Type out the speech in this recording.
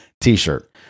t-shirt